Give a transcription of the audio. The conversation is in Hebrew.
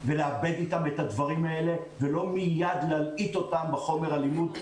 ולעבד איתם את הדברים האלה ולא מייד להלעיט אותם בחומר הלימוד.